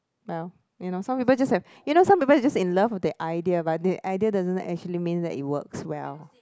well you know some people just have you know some people just in love with that idea but that idea doesn't mean it works well